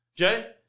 Okay